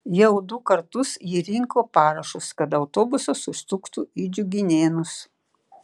jau du kartus ji rinko parašus kad autobusas užsuktų į džiuginėnus